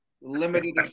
limited